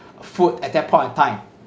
food at that point of time